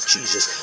Jesus